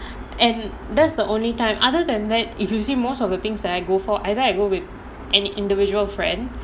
and that's the only time other than that if you see most of the things that I go for either I go with an individual friend